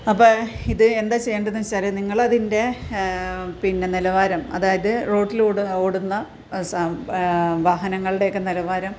അപ്പോൾ ഇത് എന്താ ചെയ്യേണ്ടതെന്ന് വെച്ചാൽ നിങ്ങളതിൻറ്റെ പിന്നെ നിലവാരം അതായത് റോട്ടിലൂടെ ഓടുന്ന വാഹനങ്ങളുടെയൊക്കെ നിലവാരം